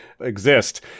exist